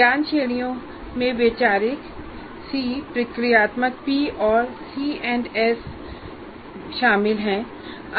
ज्ञान श्रेणियों में वैचारिक सी प्रक्रियात्मक पी और सी एंड एस मानदंड और विनिर्देश शामिल हैं